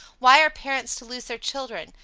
why are parents to lose their children,